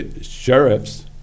sheriffs